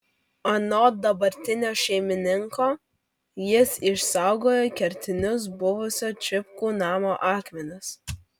anot dabartinio šeimininko jis išsaugojo kertinius buvusio čipkų namo akmenis